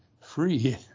free